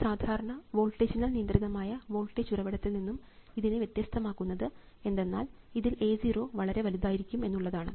ഒരു സാധാരണ വോൾട്ടേജിനാൽ നിയന്ത്രിതമായ വോൾട്ടേജ് ഉറവിടത്തിൽ നിന്നും ഇതിനെ വ്യത്യസ്തമാക്കുന്നത് എന്തെന്നാൽ ഇതിൽ A 0 വളരെ വലുതായിരിക്കും എന്നുള്ളതാണ്